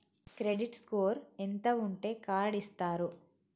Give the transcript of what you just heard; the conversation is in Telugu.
క్రెడిట్ స్కోర్ ఎంత ఉంటే కార్డ్ ఇస్తారు?